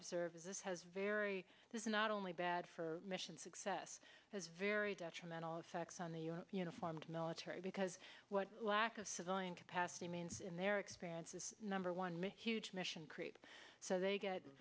observe is this has very there's not only bad for mission success has very detrimental effects on the uniformed military because what lack of civilian capacity means in their experience is number one make huge mission creep so they get